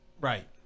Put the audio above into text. Right